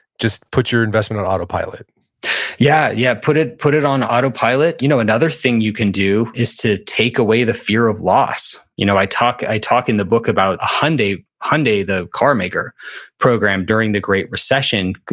just put your investment on autopilot yeah, yeah. put it put it on autopilot. you know another thing you can do is to take away the fear of loss. you know i talk i talk in the book about hyundai, the car maker program during the great recession.